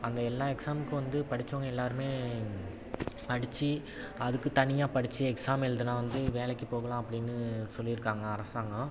அங்கே எல்லாம் எக்ஸாமுக்கு வந்து படித்தவுங்க எல்லாேருமே படித்து அதுக்குத் தனியாக படித்து எக்ஸாம் எழுதுனா வந்து வேலைக்கு போகலாம் அப்படின்னு சொல்லியிருக்காங்க அரசாங்கம்